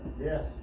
Yes